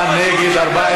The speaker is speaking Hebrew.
אני לא מאמין לך.